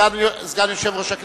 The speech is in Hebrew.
סגן יושב-ראש הכנסת,